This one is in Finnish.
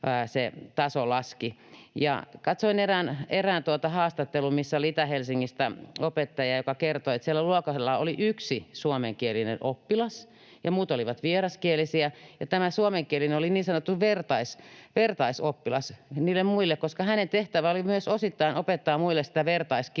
Katsoin erään haastattelun, missä oli Itä-Helsingistä opettaja, joka kertoi, että siellä luokalla oli yksi suomenkielinen oppilas ja muut olivat vieraskielisiä, ja tämä suomenkielinen oli niin sanottu vertaisoppilas niille muille, koska hänen tehtävänsä oli myös osittain opettaa muille sitä vertaiskieltä,